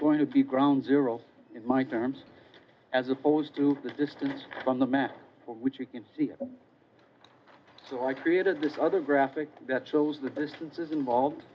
going to be ground zero in my terms as opposed to the distance on the map which you can see so i created this other graphic that shows the distances involved